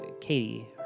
Katie